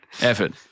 effort